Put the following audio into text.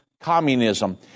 communism